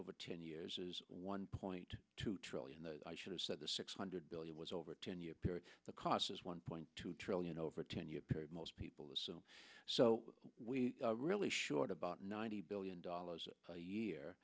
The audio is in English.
over ten years is one point two trillion the i should have said the six hundred billion dollars over ten year period the cost is one point two trillion over ten year period most people so we are really short about ninety billion dollars a year